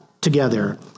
together